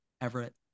Everett